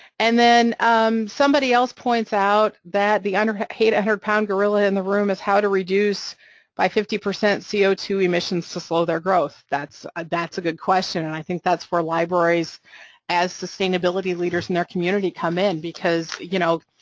and then um somebody else points out that the and eight hundred pound gorilla in the room is how to reduce by fifty percent c o two emissions to slow their growth, that's ah that's a good question, and i think that's where libraries as sustainability leaders in their community come in, because, you know,